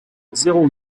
zéro